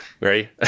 ready